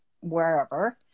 wherever